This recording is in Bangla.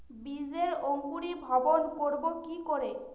বীজের অঙ্কুরিভবন করব কি করে?